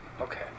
Okay